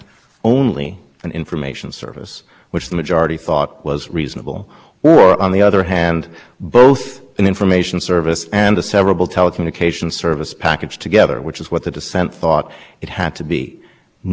reasonable or on the other hand both an information service and a several telecommunications service package together which is what the dissent thought it had to be none of the justices so much as suggested that there wasn't an